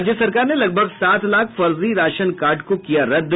और राज्य सरकार ने लगभग सात लाख फर्जी राशन कार्ड को किया रद्द